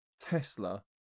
Tesla